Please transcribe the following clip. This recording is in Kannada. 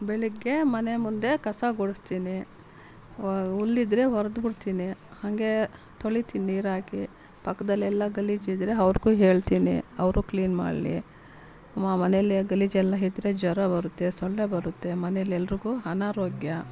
ಬೆಳಗ್ಗೆ ಮನೆ ಮುಂದೆ ಕಸ ಗುಡಸ್ತೀನಿ ಹುಲ್ಲಿದ್ರೆ ಹೊರರ್ದ್ಬಿಡ್ತೀನಿ ಹಂಗೆ ತೊಳೀತೀನಿ ನೀರ್ಹಾಕಿ ಪಕ್ದಲ್ಲೆಲ್ಲ ಗಲೀಜಿದ್ರೆ ಅವ್ರ್ಗೂ ಹೇಳ್ತೀನಿ ಅವ್ರು ಕ್ಲೀನ್ ಮಾಡ್ಲಿ ಮನೆಯಲ್ಲಿ ಗಲೀಜೆಲ್ಲ ಇದ್ರೆ ಜ್ವರ ಬರುತ್ತೆ ಸೊಳ್ಳೆ ಬರುತ್ತೆ ಮನೆಯಲ್ಲಿ ಎಲ್ರಿಗೂ ಅನಾರೋಗ್ಯ